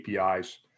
APIs